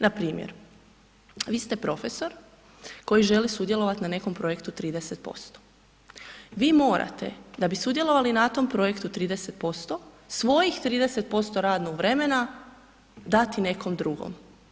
Npr. vi ste profesor koji želi sudjelovati na nekom projektu 30%, vi morate da bi sudjelovali na tom projektu 30% svojih 30% radnog vremena dati nekom drugom.